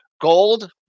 Gold